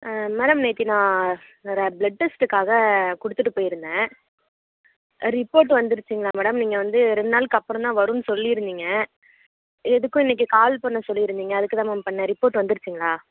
ஆ madam நேற்று நான் வேறு ப்ளெட் டெஸ்ட்டுக்காக கொடுத்துட்டு போயிருந்தேன் ரிப்போர்ட் வந்துருச்சுங்களா மேடம் நீங்கள் வந்து ரெண்டு நாளுக்கு அப்புறந்தான் வரும்னு சொல்லியிருந்தீங்க எதுக்கும் இன்றைக்கி கால் பண்ண சொல்லியிருந்தீங்க அதுக்குதான் மேம் பண்ணிணேன் ரிப்போர்ட் வந்துருச்சுங்களா